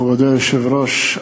מכובדי היושב-ראש,